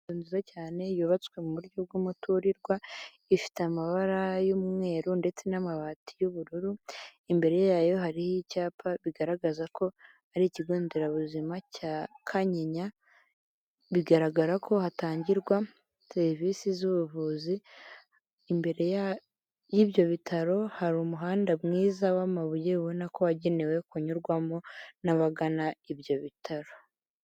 Inzu nziza cyane yubatswe mu buryo bw'umuturirwa ifite amabara y'umweru ndetse n'amabati y'ubururu imbere yayo hari icyapa bigaragaza ko ari ikigo nderabuzima cya kanyinya bigaragara ko hatangirwa serivisi z'ubuvuzi imbere y'ibyo bitaro hari umuhanda mwiza w'amabuye ubona ko wagenewe kunyurwamo n'abagana ibyo bitaro.